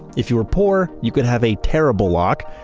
if you were poor, you could have a terrible lock,